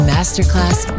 Masterclass